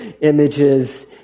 images